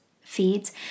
feeds